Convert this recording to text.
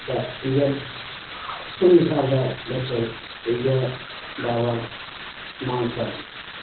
ते इ'यै सरूईंसर दे बिच्च इ'यै बावा मानसर